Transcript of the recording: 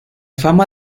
fama